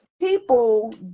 People